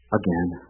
again